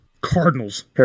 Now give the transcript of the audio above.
Cardinals